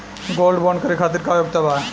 Gold bond करे खातिर का योग्यता बा?